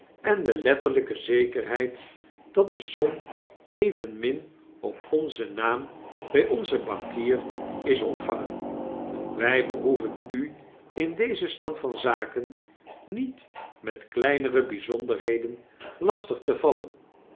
en de letterlpe zekerheid dat de somevenminop onzen naam by onzen bankier is ontvaugen wy behoeven u in dezen stand van zaken niet met kleinere bijzonderheden lastig te vallen